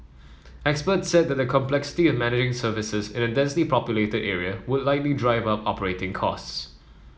experts said the complexity of managing services in a densely populated area would likely drive up operating costs